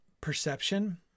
perception